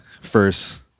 First